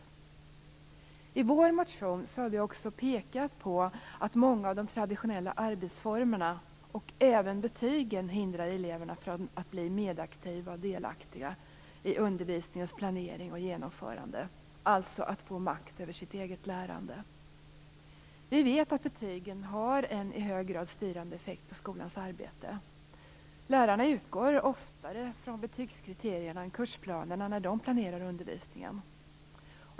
Vi har i vår motion också pekat på att många av de traditionella arbetsformerna och även betygen hindrar eleverna från att bli medaktiva och delaktiga i undervisningens planering och genomförande, alltså från att få makt över sitt eget lärande. Vi vet att betygen har en i hög grad styrande effekt på skolans arbete. Lärarna utgår oftare från betygskriterierna än kursplanerna när de planerar undervisningen.